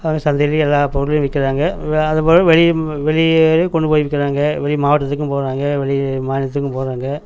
சந்தையில் எல்லா பொருளையும் விற்கறாங்க அதேப்போல வெளி வெளியேயும் கொண்டுப்போய் விற்கறாங்க வெளி மாவட்டத்துக்கும் போகிறாங்க வெளி மாநிலத்துக்கும் போகிறாங்க